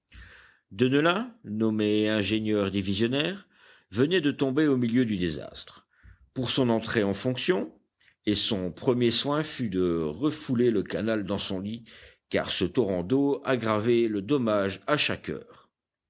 deneulin nommé ingénieur divisionnaire venait de tomber au milieu du désastre pour son entrée en fonction et son premier soin fut de refouler le canal dans son lit car ce torrent d'eau aggravait le dommage à chaque heure